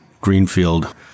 Greenfield